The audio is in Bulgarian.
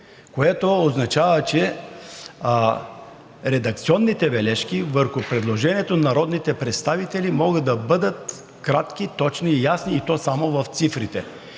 което означава, че редакционните бележки върху предложението на народните представители могат да бъдат кратки, точни и ясни, и то само в цифрите.